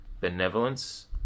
benevolence